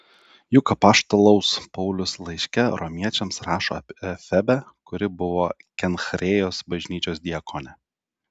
juk apaštalaus paulius laiške romiečiams rašo apie febę kuri buvo kenchrėjos bažnyčios diakonė